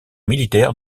militaire